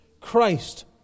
Christ